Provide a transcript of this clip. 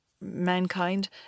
mankind